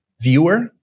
viewer